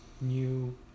new